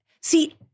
See